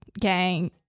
gang